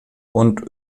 und